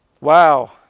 Wow